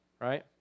right